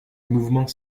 mouvement